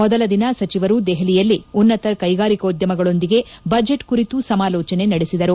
ಮೊದಲ ದಿನ ಸಚಿವರು ದೆಹಲಿಯಲ್ಲಿ ಉನ್ನತ ಕ್ಷೆಗಾರಿಕೋದ್ಯಮಗಳೊಂದಿಗೆ ಬಜೆಟ್ ಕುರಿತು ಸಮಾಲೋಚನೆ ನಡೆಸಿದರು